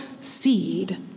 seed